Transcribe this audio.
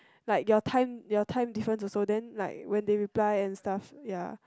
like your time your time different also then like when they reply and stuff ya